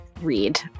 read